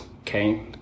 okay